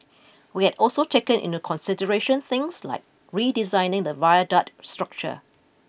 we had also taken into consideration things like redesigning the viaduct structure